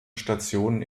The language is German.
stationen